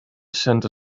center